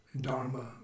Dharma